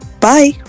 Bye